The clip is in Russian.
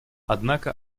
однако